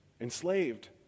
Enslaved